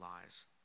lies